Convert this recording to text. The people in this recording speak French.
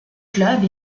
clubs